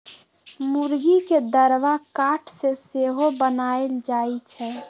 मूर्गी के दरबा काठ से सेहो बनाएल जाए छै